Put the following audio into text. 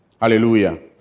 Hallelujah